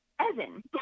Evan